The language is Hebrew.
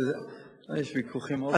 יש ויכוחים.